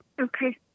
Okay